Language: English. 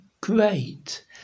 great